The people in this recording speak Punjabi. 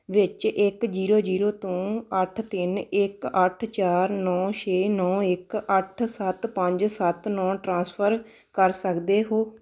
ਵਿਚ ਇੱਕ ਜ਼ੀਰੋ ਜ਼ੀਰੋ ਤੋਂ ਅੱਠ ਤਿੰਨ ਇੱਕ ਅੱਠ ਚਾਰ ਨੌਂ ਛੇ ਨੌਂ ਇੱਕ ਅੱਠ ਸੱਤ ਪੰਜ ਸੱਤ ਨੌਂ ਟਰਾਂਸਫਰ ਕਰ ਸਕਦੇ ਹੋ